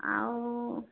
ଆଉ